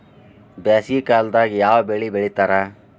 ಬ್ಯಾಸಗಿ ಕಾಲದಾಗ ಯಾವ ಬೆಳಿ ಬೆಳಿತಾರ?